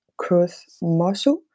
CruzMosu